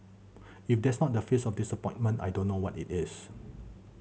if that's not the face of disappointment I don't know what it is